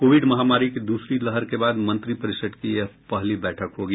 Covid महामारी की दूसरी लहर के बाद मंत्रिपरिषद की यह पहली बैठक होगी